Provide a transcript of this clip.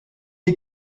est